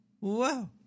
wow